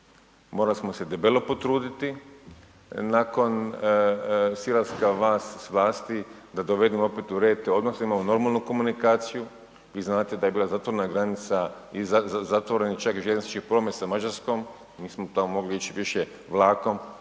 morali smo se debelo potruditi nakon silaska vas s vlasti da dovedemo opet u red te odnose i da imamo normalnu komunikaciju. Vi znate da je bila zatvorena granica i zatvoreni čak željeznički promet sa Mađarskom, nismo tamo mogli ići više vlakom,